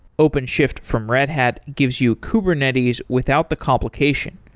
openshift from red hat gives you kubernetes without the complication.